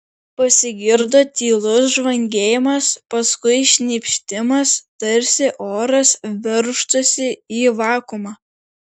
pasigirdo tylus žvangėjimas paskui šnypštimas tarsi oras veržtųsi į vakuumą